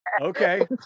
Okay